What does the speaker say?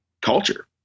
culture